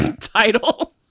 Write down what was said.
title